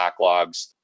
backlogs